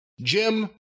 Jim